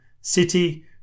city